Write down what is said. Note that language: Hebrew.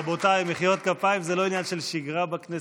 רבותיי, מחיאות כפיים זה לא עניין של שגרה בכנסת.